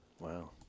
Wow